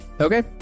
Okay